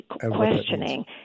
questioning –